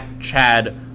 chad